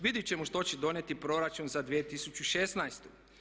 Vidjet ćemo što će donijeti proračun za 2016.